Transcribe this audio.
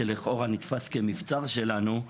שלכאורה נתפס כמבצר שלנו,